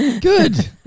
Good